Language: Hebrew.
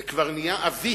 זו כבר נהייתה עווית.